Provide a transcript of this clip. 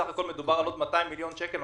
בסך הכול מדובר על עוד 200 250 מיליון